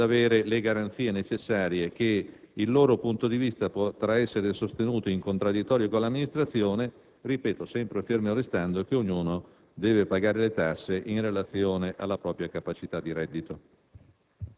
ad avere le garanzie necessarie che il loro punto di vista potrà essere sostenuto in contraddittorio con l'amministrazione, ripeto, sempre fermo restando che ognuno deve pagare le tasse in relazione alla propria capacità di reddito.